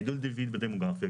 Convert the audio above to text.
גידול טבעי בדמוגרפיה,